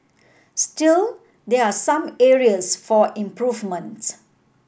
still there are some areas for improvement